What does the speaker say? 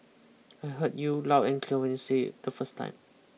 I heard you loud and clear when you said it the first time